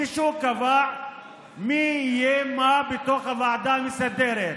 מישהו קבע מי יהיה מה בתוך הוועדה המסדרת.